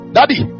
Daddy